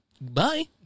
bye